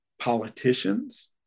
politicians